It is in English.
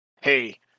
hey